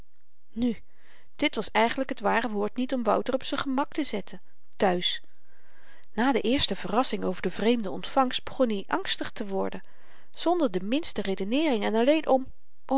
nu dit was eigenlyk t ware woord niet om wouter op z'n gemak te zetten thuis na de eerste verrassing over de vreemde ontvangst begon hy angstig te worden zonder de minste redeneering en alleen om